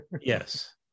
yes